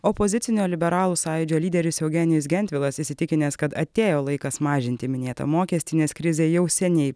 opozicinio liberalų sąjūdžio lyderis eugenijus gentvilas įsitikinęs kad atėjo laikas mažinti minėtą mokestį nes krizė jau seniai